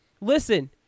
Listen